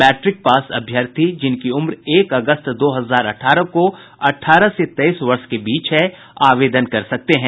matric pass अभ्यर्थी जिनकी उम्र एक अगस्त दो हजार अठारह को अठारह से तेईस वर्ष के बीच है आवेदन कर सकते हैं